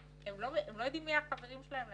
הם לא יודעים מי החברים שלהם לכיתה,